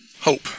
Hope